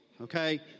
okay